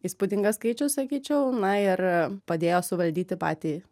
įspūdingas skaičius sakyčiau na ir padėjo suvaldyti patį